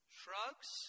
shrugs